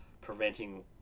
preventing